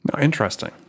Interesting